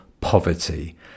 poverty